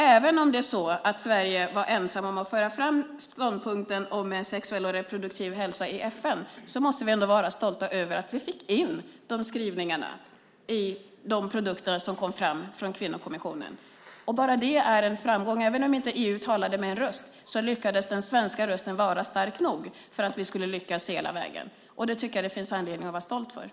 Även om Sverige var ensamt om att i FN föra fram ståndpunkten om en sexuell och reproduktiv hälsa måste vi ändå vara stolta över att vi fick in dessa skrivningar i de produkter som kom fram från kvinnokommissionen. Bara det är en framgång. Även om EU inte talade med en röst lyckades den svenska rösten vara stark nog för att vi skulle lyckas hela vägen. Det tycker jag att det finns anledning att vara stolt över.